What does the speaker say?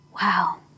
Wow